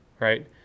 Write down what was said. right